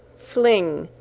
fling,